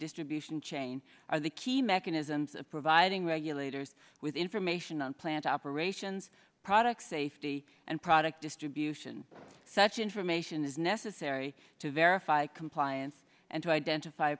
distribution chain are the key mechanisms of providing regulators with information on plant operations product safety and product distribution such information is necessary to verify compliance and to identify